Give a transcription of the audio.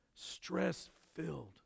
stress-filled